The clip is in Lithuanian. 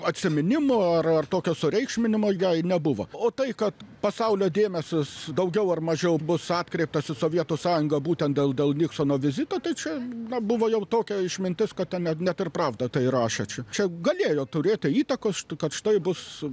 atsiminimų ar ar tokio sureikšminimo jai nebuvo o tai kad pasaulio dėmesis daugiau ar mažiau bus atkreiptas į sovietų sąjungą būtent dėl dėl niksono vizito tai čia na buvo jau tokia išmintis kad ten net net ir pravda tai rašė čia galėjo turėti įtakos kad štai bus